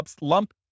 lump